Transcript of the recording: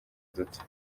duto